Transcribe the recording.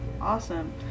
Awesome